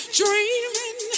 dreaming